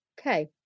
Okay